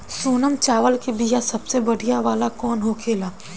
सोनम चावल के बीया सबसे बढ़िया वाला कौन होखेला?